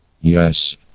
Yes